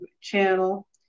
channel